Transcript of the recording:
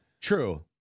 True